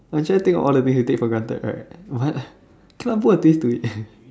I'm trying to think of all the things we take for granted right but I cannot put a twist to it